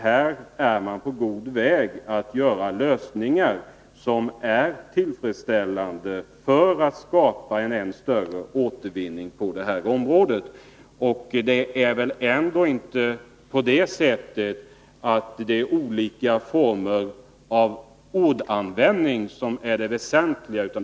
Här är man på god väg att åstadkomma lösningar, som är tillfredsställande när det gäller att skapa en än större återvinning på detta område. Det är väl inte olika former av ordvändningar som är det väsentliga.